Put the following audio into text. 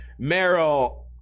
Meryl